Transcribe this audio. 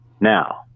now